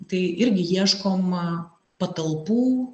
tai irgi ieškom patalpų